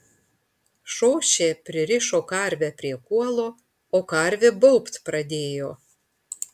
šošė pririšo karvę prie kuolo o karvė baubt pradėjo